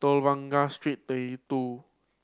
Telok Blangah Street Thirty Two